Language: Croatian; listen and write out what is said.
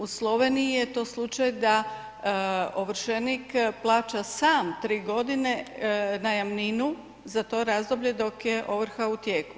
U Sloveniji je to slučaj da ovršenik plaća sam 3 godine najamninu za to razdoblje dok je ovrha u tijeku.